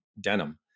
denim